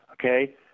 Okay